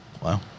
Wow